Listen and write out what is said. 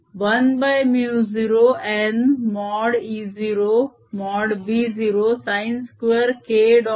तर मी हे 10nE0B0k